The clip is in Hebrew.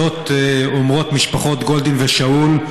וזאת אומרות משפחות גולדין ושאול,